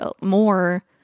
more